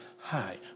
Hi